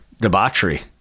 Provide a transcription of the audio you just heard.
debauchery